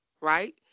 right